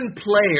player